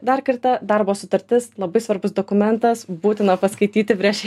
dar kartą darbo sutartis labai svarbus dokumentas būtina paskaityti prieš